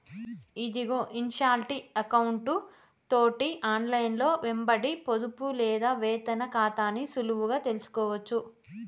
ఇదిగో ఇన్షాల్టీ ఎకౌంటు తోటి ఆన్లైన్లో వెంబడి పొదుపు లేదా వేతన ఖాతాని సులువుగా తెలుసుకోవచ్చు